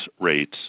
rates